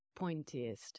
pointiest